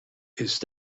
ist